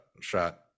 shot